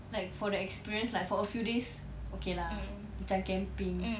like for the experience like for a few days okay lah macam camping